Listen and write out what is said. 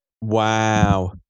Wow